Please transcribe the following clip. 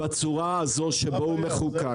בצורה הזאת שבה הוא מחוקק.